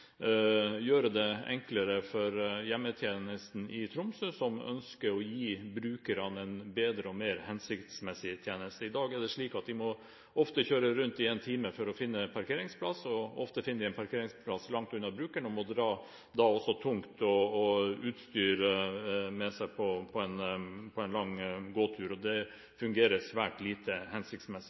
gjøre det enklere for hjemmetjenesten i Tromsø, som ønsker å gi brukerne en bedre og mer hensiktsmessig tjeneste. I dag er det slik at de ofte må kjøre rundt i en time for å finne en parkeringsplass, og ofte finner de en parkeringsplass langt unna brukerne og må da dra tungt utstyr med seg på en lang gåtur. Det fungerer svært lite hensiktsmessig.